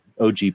OG